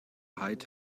height